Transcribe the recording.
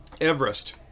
Everest